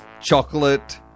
chocolate